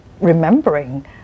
remembering